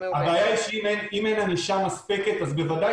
הבעיה היא שאם אין ענישה מספקת אז בוודאי